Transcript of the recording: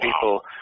people